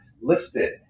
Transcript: listed